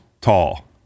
tall